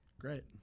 Great